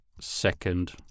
second